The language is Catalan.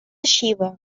xiva